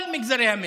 כל מגזרי המשק.